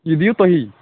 یہِ دِیِو تۄہی